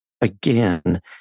again